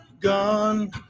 gone